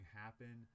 happen